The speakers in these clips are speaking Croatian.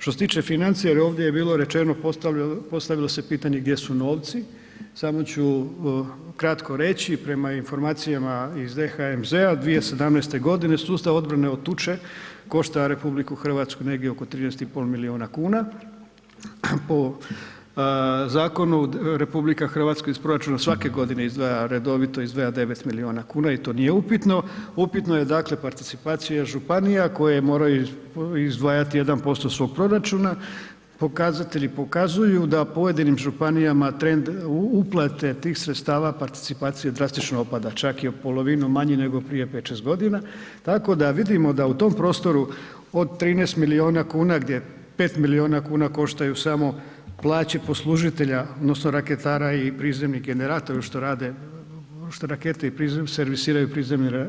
Što se tiče financija, jer ovdje je bilo rečeno, postavilo se pitanje gdje su novci, samo ću kratko reći, prema informacijama iz DHMZ-a 2017.g. sustav odbrane od tuče košta RH negdje oko 13 i pol milijuna kuna, po zakonu RH iz proračuna svake godine izdvaja redovito izdvaja 9 milijuna kuna i to nije upitno, upitno je, dakle, participacija županija koje moraju izdvajati 1% svog proračuna, pokazatelji pokazuju da pojedinim županijama trend uplate tih sredstava participacije drastično opada, čak je u polovinu manji nego prije 5-6.g., tako da vidimo da u tom prostoru od 13 milijuna kuna, gdje 5 milijuna kuna koštaju samo plaće poslužitelja odnosno raketara i prizemnih generatora što rade, što rakete i, servisiraju prizemne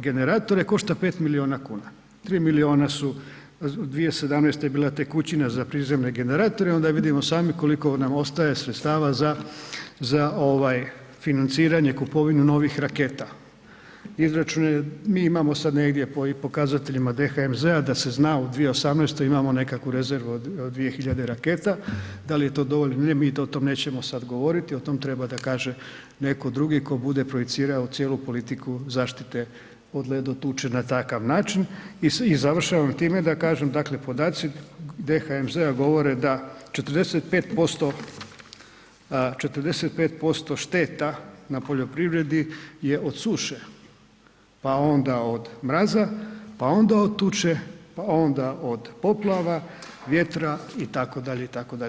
generatore, košta 5 milijuna kuna, 3 milijuna su 2017. je bila tekućina za prizemne generatori, onda vidimo sami koliko nam ostaje sredstava za financiranje i kupovinu novih raketa, izračun je, mi imamo sad negdje po ovim pokazateljima DHMZ-a da se zna u 2018. imamo nekakvu rezervu od 2 hiljade raketa, da li je to dovoljno ili nije, mi o tom nećemo sad govoriti, o tom treba da kaže netko drugi tko bude projicirao cijelu politiku zaštite od ledo tuče na takav način i završavam time da kažem, dakle, podaci DHMZ-a govore da 45%, 45% šteta na poljoprivredi je od suše, pa onda od mraza, pa onda od tuče, pa onda od poplava, vjetra itd., itd.